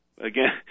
again